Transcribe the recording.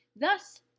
Thus